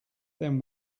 then